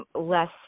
less